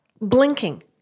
blinking